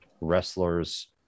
wrestlers